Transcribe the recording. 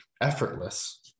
effortless